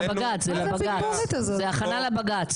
זה הכנה לבג"ץ.